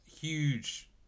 huge